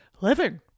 living